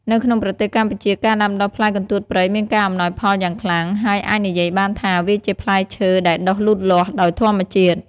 នៅក្នុងប្រទេសកម្ពុជា ការដាំដុះផ្លែកន្ទួតព្រៃមានការអំណោយផលយ៉ាងខ្លាំង ហើយអាចនិយាយបានថាវាជាផ្លែឈើដែលដុះលូតលាស់ដោយធម្មជាតិ។